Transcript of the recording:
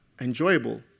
Enjoyable